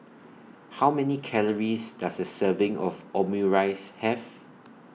How Many Calories Does A Serving of Omurice Have